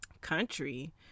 country